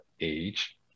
age